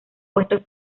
puesto